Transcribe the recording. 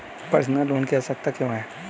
Personal loan की आवश्यकताएं क्या हैं?